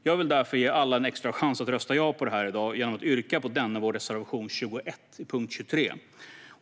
Jag vill därför ge alla en extra chans att rösta ja till detta genom att yrka bifall till vår reservation 21 under punkt 23.